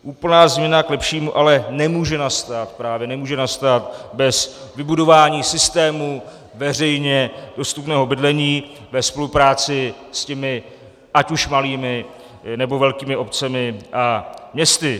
Úplná změna k lepšímu ale nemůže nastat právě bez vybudování systému veřejně dostupného bydlení ve spolupráci s těmi ať už malými, nebo velkými obcemi a městy.